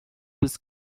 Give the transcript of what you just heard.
with